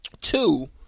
Two